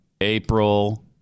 April